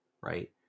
right